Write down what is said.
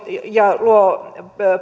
ja luo